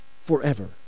forever